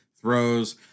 throws